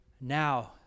now